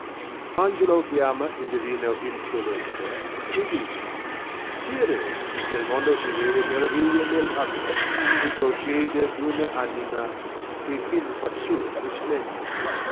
angelo chiama in divino intelletto e dice sire nel mondo si vede meraviglia néll atto che procede d una anima che fin quassù risplende